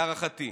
להערכתי",